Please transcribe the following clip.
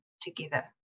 together